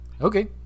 Okay